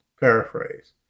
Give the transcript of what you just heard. paraphrase